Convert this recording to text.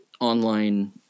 online